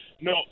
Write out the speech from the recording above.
No